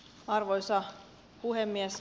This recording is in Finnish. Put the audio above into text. arvoisa puhemies